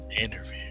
interview